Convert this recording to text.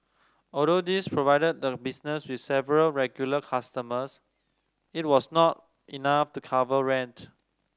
although these provided the business with several regular customers it was not enough to cover rent